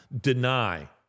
deny